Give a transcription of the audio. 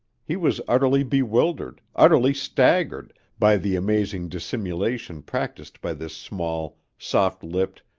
he was utterly bewildered, utterly staggered, by the amazing dissimulation practiced by this small, soft-lipped,